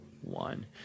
one